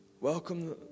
welcome